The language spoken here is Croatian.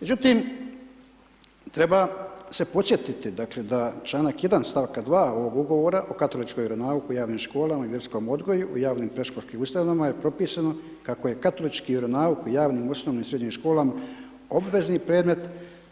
Međutim, treba se posjetiti da čl. 1. st. 2. ovog Ugovora o katoličkom vjeronauku u javnim školama i vjerskom odgoju u javnim predškolskim ustanovama je propisano kako je katolički vjeronauk u javnim, osnovnim i srednjim školama obvezni predmet